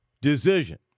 decision